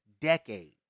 decade